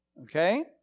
okay